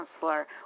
counselor